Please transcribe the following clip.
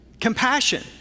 compassion